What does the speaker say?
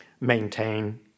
maintain